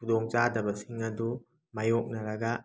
ꯈꯨꯗꯣꯡ ꯆꯥꯗꯕꯁꯤꯡ ꯑꯗꯨ ꯃꯥꯏꯌꯣꯛꯅꯔꯒ